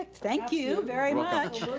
ah thank you very much.